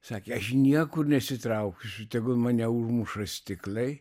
sakė aš niekur nesitrauksiu tegul mane užmuša stiklai